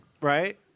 Right